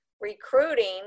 recruiting